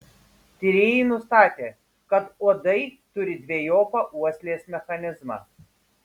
tyrėjai nustatė kad uodai turi dvejopą uoslės mechanizmą